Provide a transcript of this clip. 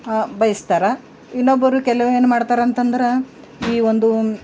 ಬೇಯಿಸ್ತಾರೆ ಇನ್ನೊಬ್ಬರು ಕೆಲವೇನು ಮಾಡ್ತಾರೆ ಅಂತಂದ್ರೆ ಈ ಒಂದು